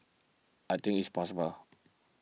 I think it's possible